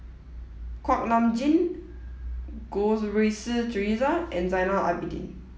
kuak Nam Jin Goh Rui Si Theresa and Zainal Abidin